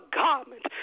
garment